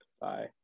Bye